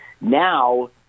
now